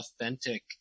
authentic